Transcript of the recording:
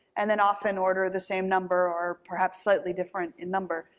and then often order the same number, or perhaps slightly different in number,